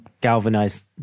galvanize